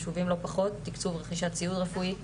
חשובים לא פחות תקצוב רכישת ציוד רפואי,